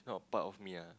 not a part of me ah